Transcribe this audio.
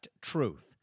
Truth